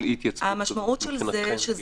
אי-התייצבות מבחינתכם?